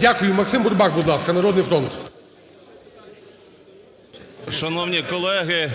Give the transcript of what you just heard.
Дякую. Максим Бурбак, будь ласка, "Народний фронт". 16:28:14 БУРБАК М.Ю. Шановні колеги,